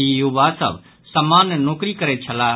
ई युवा सभ सामान्य नोकरी करैत छलाह